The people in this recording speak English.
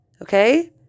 okay